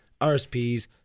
RSPs